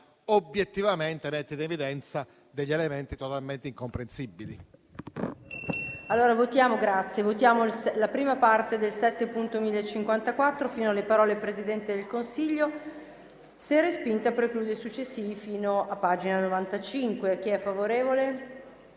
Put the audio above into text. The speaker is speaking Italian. obiettivamente mette in evidenza elementi totalmente incomprensibili.